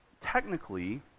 technically